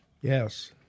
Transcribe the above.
Yes